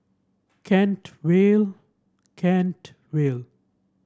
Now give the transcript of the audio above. Kent Vale Kent Vale